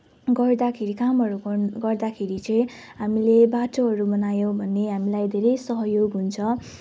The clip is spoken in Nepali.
गर्दाखेरि कामहरू गर्न गर्दाखेरि चाहिँ हामीले बाटोहरू बनायौँ भने हामीलाई धेरै सहयोग हुन्छ